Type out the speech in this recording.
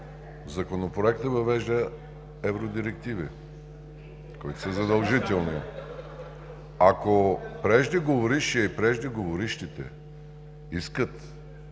Законопроектът въвежда евродирективи, които са задължителни. Ако преждеговорившият, преждеговорившите искат